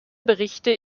berichte